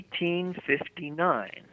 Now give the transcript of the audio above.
1859